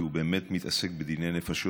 כי הוא באמת מתעסק בדיני נפשות,